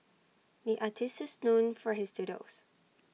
the artists is known for his doodles